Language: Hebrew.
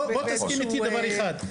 בוא תסכים איתי דבר אחד.